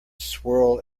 swirl